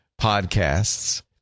podcasts